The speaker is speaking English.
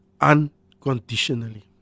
unconditionally